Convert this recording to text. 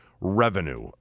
revenue